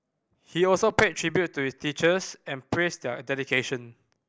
he also paid tribute to his teachers and praised their dedication